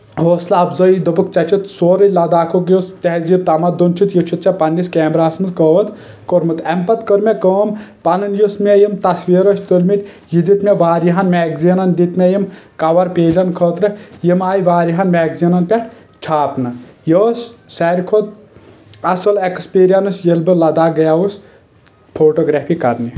حوصلہٕ افزٲیی دوٚپکھ ژےٚ چھِتھ سورُے لداخُک یُس تہزیب تمدُن چھُتھ یہِ چھتھ ژےٚ پننِس کیمرا ہس منٛز قٲد کورمُت امہِ پتہٕ کٔر مےٚ کٲم پنُن یُس مےٚ یِم تصویر ٲسۍ تُلمٕتۍ یہِ دِیُت مےٚ واریاہن میگزیٖنن دِیتۍ مےٚ یِم کوَر پیجن خٲطرٕ یِم آیہِ واریاہن میگزیٖنن پٮ۪ٹھ چھاپنہٕ یہِ ٲسۍ سارِوٕے کھۄتہ اصٕل ایٚکٕسپیرینس ییٚلہِ بہٕ لداخ گٔیاوُس فوٹوگرافی کرنہِ